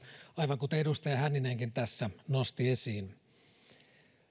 aivan kuten edustaja hänninenkin tässä nosti esiin